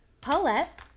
Paulette